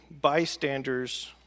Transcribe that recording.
bystanders